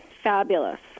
Fabulous